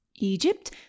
egypt